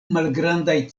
malgrandaj